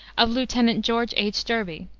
of lieutenant george h. derby,